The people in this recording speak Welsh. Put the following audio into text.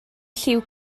lliw